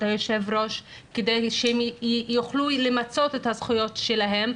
היושב-ראש כדי שהם יוכלו למצות את הזכויות שלהם,